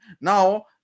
now